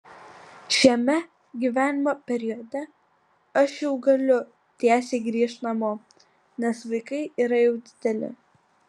šiame gyvenimo periode aš jau galiu tiesiai grįžt namo nes vaikai yra jau dideli